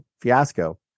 fiasco